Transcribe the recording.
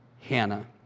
Hannah